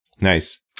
Nice